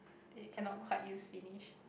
then you cannot quite use finish